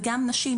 וגם נשים,